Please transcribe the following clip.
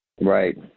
Right